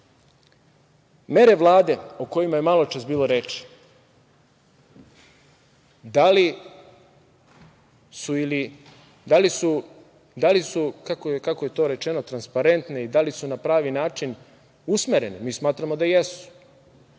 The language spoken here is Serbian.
Vlade o kojima je maločas bilo reči, da li su, kako je to rečeno, transparentne i da li su na pravi način usmerene? Mi smatramo da jesu.